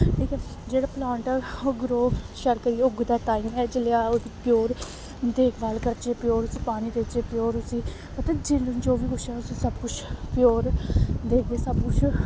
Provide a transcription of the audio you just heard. ठीक ऐ जेह्ड़ा प्लांट ऐ ओह् ग्रो शैल करियै उगदा ताइयें जेल्लै प्योर देखभाल करचै प्योर उसी पानी देचै प्योर उसी मतलब जेल्लै जो बी सब प्योर देगे सब कुछ